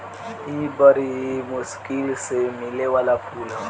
इ बरी मुश्किल से मिले वाला फूल ह